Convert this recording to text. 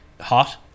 hot